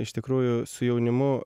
iš tikrųjų su jaunimu